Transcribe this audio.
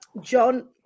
john